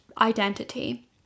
identity